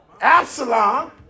Absalom